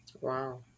Wow